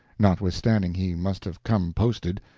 notwithstanding he must have come posted.